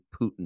Putin